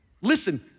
Listen